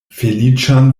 feliĉan